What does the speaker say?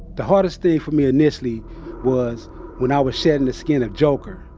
the hardest thing for me initially was when i was shedding the skin of joker,